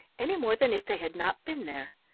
any more than if they had not been there,